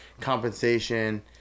compensation